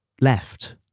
left